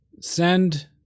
send